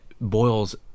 boils